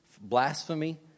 blasphemy